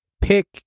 pick